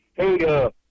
Hey